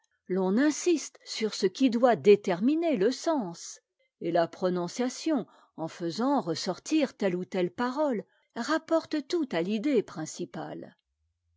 l'on insiste sur ce qui doit déterminer le sens et la prononciation en faisant ressortir telle où telle parole rapporte tout à l'idée principale